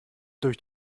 durch